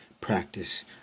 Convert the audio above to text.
practice